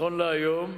נכון להיום,